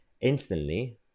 instantly